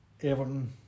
Everton